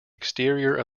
exterior